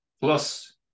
plus